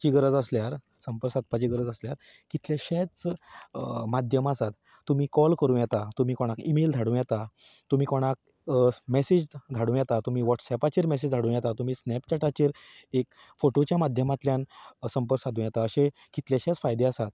ची गरज आसल्यार संपर्क सादपाची गरज आसल्यार कितलेशेच माध्यम आसात तुमी कॉल करूं येता तुमी कोणाकूय ईमेल धाडूं येता तुमी कोणाक मॅसेज धाडूं येता तुमी वॉट्सऍपाचेर मॅसेज धाडूं येता तुमी स्नॅपचॅटाचेर एक फोटवाच्या माध्यमांतल्यान संपर्क सादूं येता अशे कितलेशेच फायदे आसात